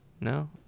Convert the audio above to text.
No